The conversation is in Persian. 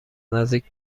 نزدیک